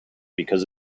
because